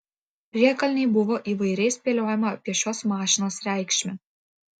priekalnėj buvo įvairiai spėliojama apie šios mašinos reikšmę